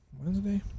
Wednesday